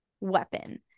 weapon